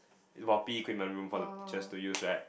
for P_E equipment room for the teachers to use right